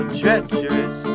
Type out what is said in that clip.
treacherous